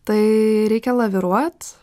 tai reikia laviruot